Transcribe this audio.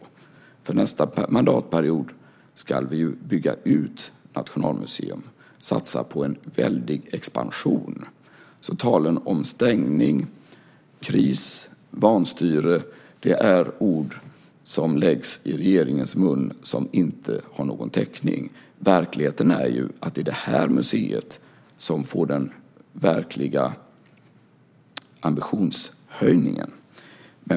Under nästa mandatperiod ska vi bygga ut Nationalmuseum och satsa på en väldig expansion. Talet om stängning, kris och vanstyre är ord som läggs i regeringens mun och som inte har någon täckning. Verkligheten är ju att det är det här museet som får den riktiga ambitionshöjningen.